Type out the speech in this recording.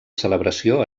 celebració